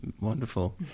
wonderful